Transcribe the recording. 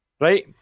right